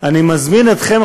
אני מזמין אתכם,